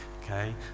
okay